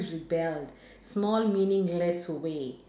rebel small meaningless way